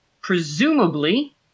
presumably